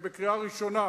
בקריאה ראשונה,